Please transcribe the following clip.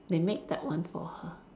they make that one for her